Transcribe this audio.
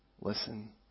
Listen